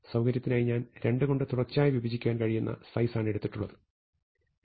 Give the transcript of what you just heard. സൌകര്യത്തിനായി ഞാൻ 2 കൊണ്ട് തുടർച്ചയായി വിഭജിക്കാൻ കഴിയുന്ന സൈസ് ആണ് എടുത്തിട്ടുള്ളതെന്ന്